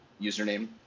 username